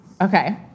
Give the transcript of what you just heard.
Okay